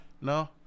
No